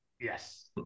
Yes